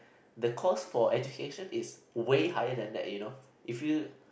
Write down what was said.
the cost for education is way higher than that you know if you